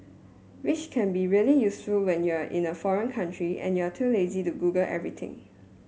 which can be really useful when you're in a foreign country and you're too lazy to Google everything